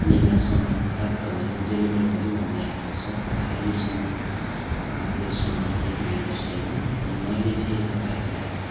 हामीमा सामान प्राप्त भयो डेलिभर भयो भनेर आएको छ तर अहिलेसम्म त्यो सामान आइपुगेको छैन अनि मैले चाहिँ तपाईँहरूलाई